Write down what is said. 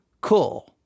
cool